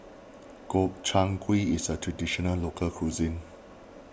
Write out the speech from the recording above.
Gobchang Gui is a Traditional Local Cuisine